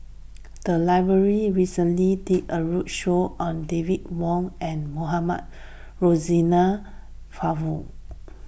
the library recently did a roadshow on David Wong and Mohamed Rozani Maarof